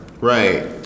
Right